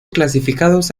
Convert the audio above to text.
clasificados